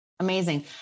amazing